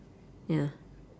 ya